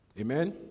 Amen